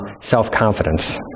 self-confidence